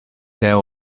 there